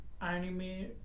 anime